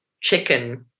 chicken